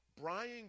Brian